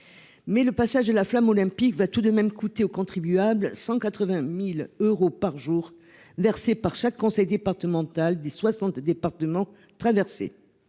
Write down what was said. Mais le passage de la flamme olympique va tout de même coûté au contribuable, 180.000 euros par jour versée par chaque conseil départemental des 60 départements traversés.